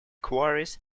quarries